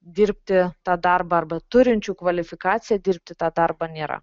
dirbti tą darbą arba turinčių kvalifikaciją dirbti tą darbą nėra